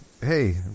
hey